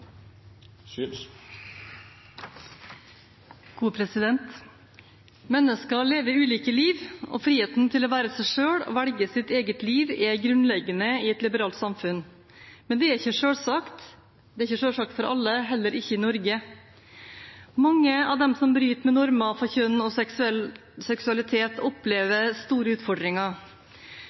Mennesker lever ulike liv, og friheten til å være seg selv og velge sitt eget liv er grunnleggende i et liberalt samfunn. Men det er ikke selvsagt for alle, heller ikke i Norge. Mange av dem som bryter med normer for kjønn og seksualitet, opplever store utfordringer.